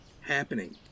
happening